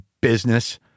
business